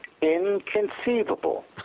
inconceivable